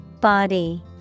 Body